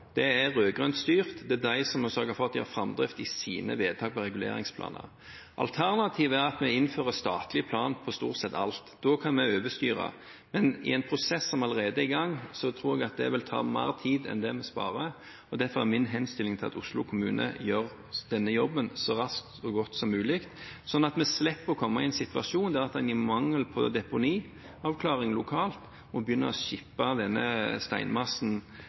er rød-grønt styrt – det er de som må sørge for at de har framdrift i sine vedtak og reguleringsplaner. Alternativet er at vi innfører statlige planer for stort sett alt. Da kan vi overstyre. Men i en prosess som allerede er i gang, tror jeg det vil ta mer tid enn det vi sparer, og derfor er min henstilling at Oslo kommune gjør denne jobben så raskt og godt som mulig, slik at vi slipper å komme i en situasjon der man i mangel på deponiavklaring lokalt må begynne å skipe steinmassen